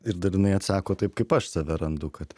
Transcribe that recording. ir dalinai atsako taip kaip aš save randu kad